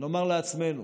ונאמר לעצמנו: